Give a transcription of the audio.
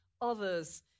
others